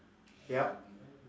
yup